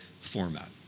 format